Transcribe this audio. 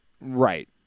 Right